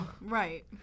Right